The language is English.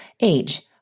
Age